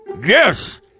yes